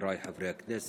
חבריי חברי הכנסת,